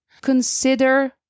Consider